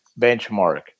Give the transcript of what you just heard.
benchmark